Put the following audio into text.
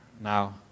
Now